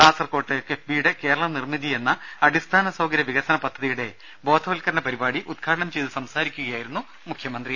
കാസർകോട്ട് കിഫ്ബിയുടെ കേരള നിർമ്മിതി എന്ന അടിസ്ഥാന സൌകര്യ വികസന പദ്ധതിയുടെ ബോധവത്കരണ പരിപാടി ഉദ്ഘാടനം ചെയ്ത് സംസാരിക്കുകയായിരുന്നു മുഖ്യമന്ത്രി